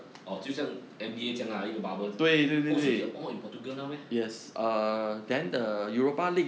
oh 就像 N_B_A 这样一个 bubble oh so they're all in portugal now meh